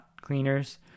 cleaners